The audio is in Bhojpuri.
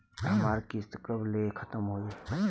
हमार किस्त कब ले खतम होई?